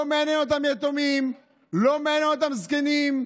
לא מעניינים אותם יתומים, לא מעניינים אותם זקנים,